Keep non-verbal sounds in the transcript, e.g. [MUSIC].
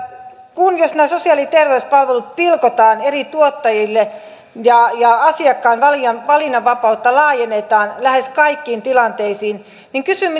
jos nämä sosiaali ja terveyspalvelut pilkotaan eri tuottajille ja ja asiakkaan valinnanvapautta laajennetaan lähes kaikkiin tilanteisiin niin kysyn [UNINTELLIGIBLE]